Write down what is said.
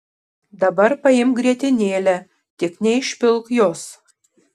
dabar paimk grietinėlę tik neišpilk jos